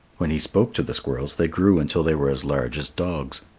when he spoke to the squirrels they grew until they were as large as dogs.